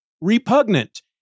repugnant